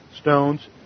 stones